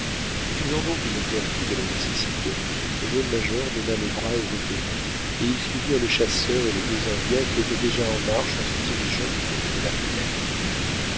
se faisant donc une vertu de la nécessité le jeune major donna le bras au vétéran et ils suivirent le chasseur et les deux indiens qui étaient déjà en marche en se dirigeant du côté de la plaine